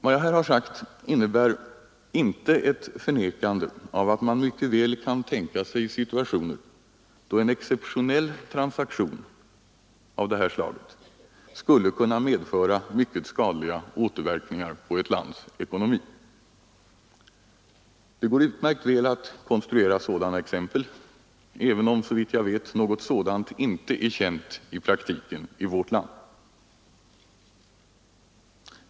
Vad jag här har sagt innebär inte ett förnekande av att man mycket väl kan tänka sig situationer då en exceptionell transaktion av det här slaget skulle kunna medföra mycket skadliga återverkningar på ett lands ekonomi. Det går utmärkt väl att konstruera sådana exempel, även om såvitt jag vet något sådant inte är känt i praktiken i vårt land.